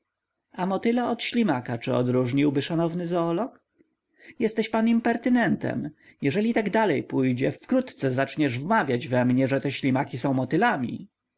a motyla od ślimaka czy odróżniłby szanowny zoolog jesteś pan impertynentem jeśli tak dalej pójdzie wkrótce zaczniesz wmawiać we mnie że te ślimaki są motylami